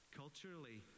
culturally